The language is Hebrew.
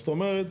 זאת אומרת,